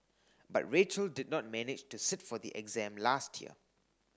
but Rachel did not manage to sit for the exam last year